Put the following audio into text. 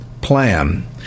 plan